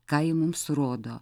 ką ji mums rodo